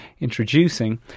Introducing